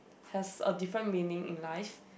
has a different meaning in life